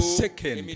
second